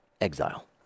exile